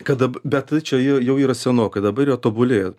kada bet čia jau yra senokai dabar jie tobulėja